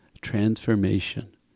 transformation